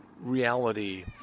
reality